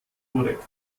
korrekt